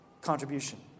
contribution